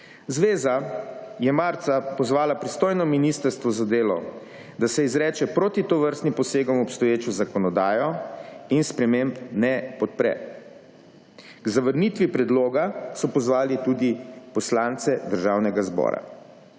Zveza je marca pozvala pristojno ministrstvo za delo, da se izreče proti tovrstnim posegom v obstoječo zakonodajo in sprememb ne podpre. K zavrnitvi predloga so pozvali tudi poslance državnega zbora.